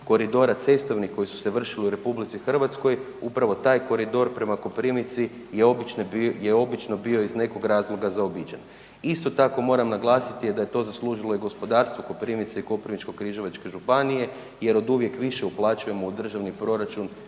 koridora cestovnih koji su se vršili u RH, upravo taj koridor prema Koprivnici je obično bio iz nekog razloga zaobiđen. Isto tako, moram naglasiti da je to zaslužilo i gospodarstvo Koprivnice i Koprivničko-križevačke županije jer oduvijek više uplaćujemo u državni proračun